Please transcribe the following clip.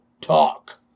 talk